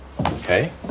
okay